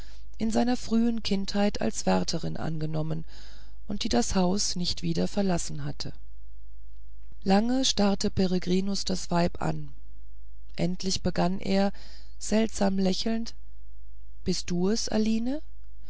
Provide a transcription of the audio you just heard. in seiner frühen kindheit als wärterin angenommen und die das haus nicht wieder verlassen hatte lange starrte peregrinus das weib an endlich begann er seltsam lächelnd bist du es aline